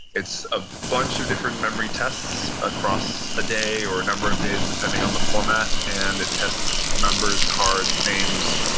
it's a bunch of different memory tests across a day, or a number of days, depending on the format, and it tests numbers, cards, names,